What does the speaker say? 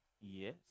Yes